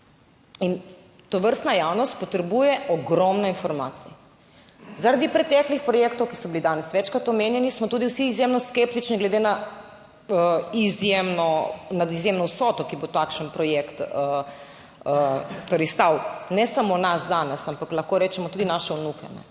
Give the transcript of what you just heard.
in tovrstna javnost potrebuje ogromno informacij zaradi preteklih projektov, ki so bili danes večkrat omenjeni, smo tudi vsi izjemno skeptični, glede na izjemno vsoto, ki bo takšen projekt stal, ne samo nas danes, ampak lahko rečemo tudi naše vnuke.